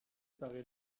paraît